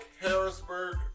Harrisburg